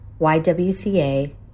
YWCA